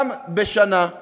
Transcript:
אתה מעיף אותם מהרשימה,